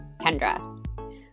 Kendra